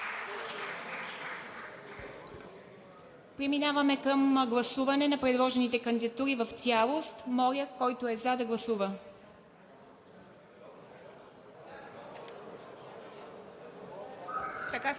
Преминаваме към гласуване на предложените кандидатури в цялост. Моля, който е за, да гласува.